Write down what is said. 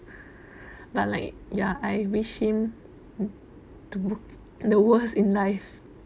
like ya I wish him to the worst in life